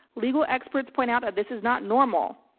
legal experts point out this is not normal.